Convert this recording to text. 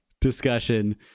discussion